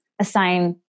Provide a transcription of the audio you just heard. assign